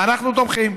אנחנו תומכים,